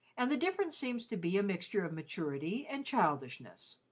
and the difference seems to be a mixture of maturity and childishness.